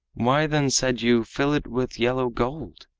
why then said you, fill it with yellow gold?